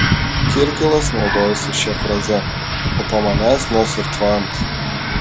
kirkilas naudojosi šia fraze o po manęs nors ir tvanas